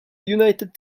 united